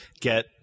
get